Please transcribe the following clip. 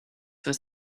was